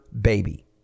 baby